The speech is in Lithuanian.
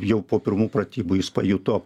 jau po pirmų pratybų jis pajuto